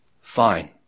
fine